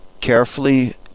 carefully